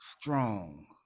strong